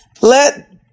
let